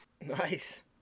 Nice